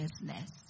business